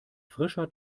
frischer